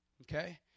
okay